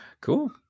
Cool